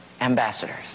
ambassadors